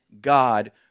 God